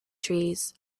trees